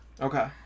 Okay